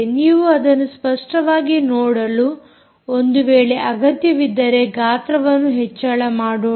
ನೀವು ಅದನ್ನು ಸ್ಪಷ್ಟವಾಗಿ ನೋಡಲು ಒಂದು ವೇಳೆ ಅಗತ್ಯವಿದ್ದರೆ ಗಾತ್ರವನ್ನು ಹೆಚ್ಚಳ ಮಾಡೋಣ